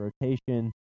rotation